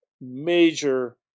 major